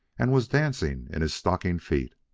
and was dancing in his stocking feet.